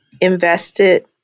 Invested